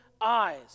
eyes